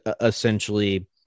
essentially